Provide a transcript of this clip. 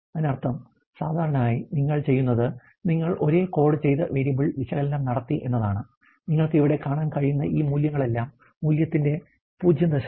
അതിനർത്ഥം സാധാരണയായി നിങ്ങൾ ചെയ്യുന്നത് നിങ്ങൾ ഒരേ കോഡ് ചെയ്ത വേരിയബിൾ വിശകലനം നടത്തി എന്നതാണ് നിങ്ങൾക്ക് ഇവിടെ കാണാൻ കഴിയുന്ന ഈ മൂല്യങ്ങളെല്ലാം മൂല്യത്തിന്റെ 0